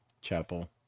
chapel